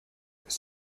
this